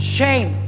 Shame